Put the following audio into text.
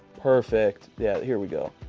perfect. yeah, here we go.